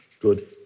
Good